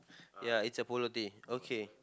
ya it's a polo tee okay